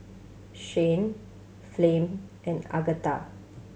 Shyann Flem and Agatha